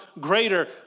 greater